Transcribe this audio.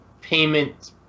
payment